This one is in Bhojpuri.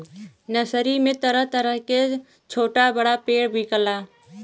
नर्सरी में तरह तरह क छोटा बड़ा पेड़ बिकला